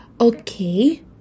okay